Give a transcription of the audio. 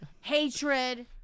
hatred